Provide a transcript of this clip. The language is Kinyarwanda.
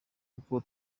kuko